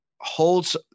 holds